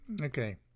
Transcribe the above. Okay